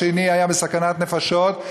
והאחר היה בסכנת נפשות.